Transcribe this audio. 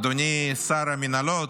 אדוני שר המינהלות,